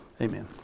Amen